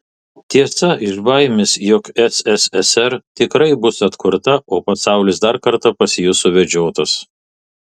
tiesa iš baimės jog sssr tikrai bus atkurta o pasaulis dar kartą pasijus suvedžiotas